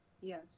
Yes